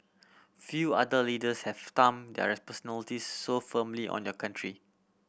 few other leaders have stamped their personalities so firmly on your country